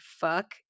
fuck